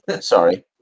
Sorry